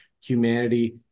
humanity